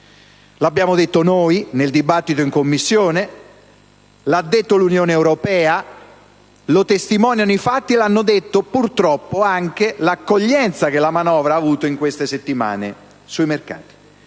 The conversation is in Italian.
Lo abbiamo detto noi nel dibattito in Commissione, l'ha detto l'Unione europea, lo testimoniano i fatti e lo dimostra purtroppo anche l'accoglienza che la manovra ha avuto in queste settimane sui mercati.